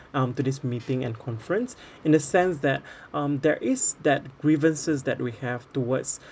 um to this meeting and conference in a sense that um there is that grievances that we have towards